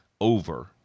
over